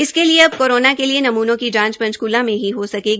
इसके लिए अब कोरोना के लिए नमूनों की जांच पंचकूला में ही हो सकेगी